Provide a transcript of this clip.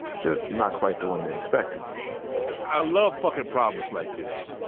just not quite the one they expected i love fucking problems like this.